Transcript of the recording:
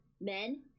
men